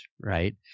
right